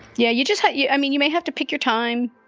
yeah you just how you. i mean, you may have to pick your time.